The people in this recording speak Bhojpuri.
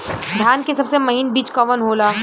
धान के सबसे महीन बिज कवन होला?